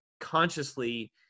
consciously